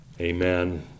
amen